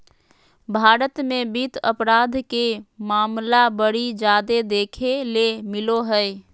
भारत मे वित्त अपराध के मामला बड़ी जादे देखे ले मिलो हय